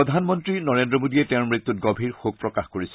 প্ৰধানমন্ত্ৰী নৰেদ্ৰ মোডীয়ে তেওঁৰ মৃত্যুত গভীৰ শোক প্ৰকাশ কৰিছে